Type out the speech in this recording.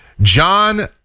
John